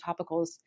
topicals